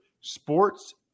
sports